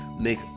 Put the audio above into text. make